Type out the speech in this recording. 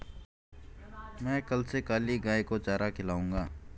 मैं कल से काली गाय को चारा खिलाऊंगा